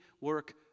work